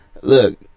look